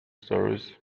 stories